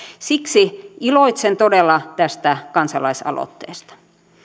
siksi iloitsen todella tästä kansalaisaloitteesta